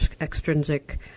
extrinsic